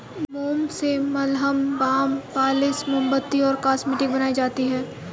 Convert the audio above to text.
मोम से मलहम, बाम, पॉलिश, मोमबत्ती और कॉस्मेटिक्स बनाई जाती है